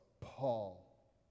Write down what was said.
Paul